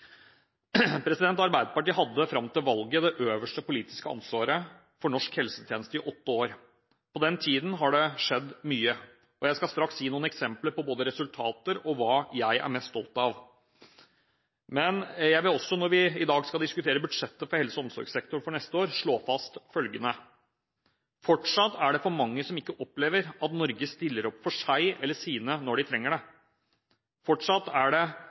Arbeiderpartiet hadde fram til valget det øverste politiske ansvaret for norsk helsetjeneste i åtte år. På den tiden har det skjedd mye. Jeg skal straks gi noen eksempler på både resultater og hva jeg er mest stolt av. Men jeg vil også, når vi i dag skal diskutere budsjettet for helse- og omsorgssektoren for neste år, slå fast følgende: Fortsatt er det for mange som ikke opplever at Norge stiller opp for dem eller deres når de trenger det. Fortsatt er det